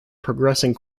progressing